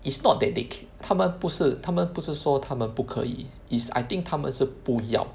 it's not that they can 他们不是他们不是说他们不可以 is I think 他们是不要